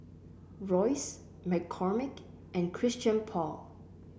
Royce McCormick and Christian Paul